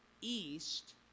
east